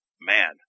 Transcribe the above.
man